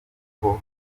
uko